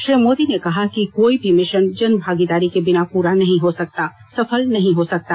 श्री मोदी ने कहा कि कोई भी मिषन जनभागीदारी के बिना पूरा नहीं हो सकता सफल नहीं हो सकता